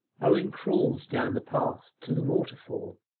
owen crawled down the path to the waterfall,